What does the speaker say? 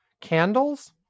Candles